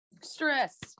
Stress